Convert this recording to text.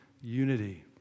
unity